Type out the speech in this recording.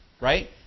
right